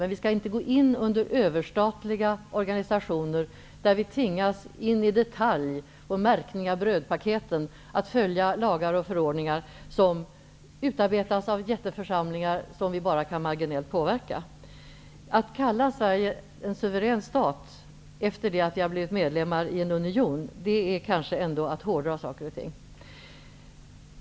Vi skall däremot inte gå in under överstatliga organisationer, där vi i detalj - ända till märkningen av brödpaketen - tvingas följa lagar och förordningar som utarbetas av jätteförsamlingar som vi bara marginellt kan påverka. Att kalla Sverige en suverän stat efter det att vi har blivit medlem i en union är kanske ändå att hårdra saker och ting.